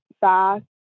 fast